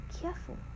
careful